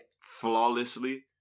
flawlessly